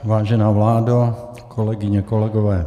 Vážená vládo, kolegyně, kolegové.